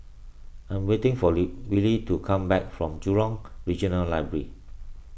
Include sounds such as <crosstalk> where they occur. I am waiting for <unintelligible> Willy to come back from Jurong Regional Library